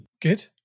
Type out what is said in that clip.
Good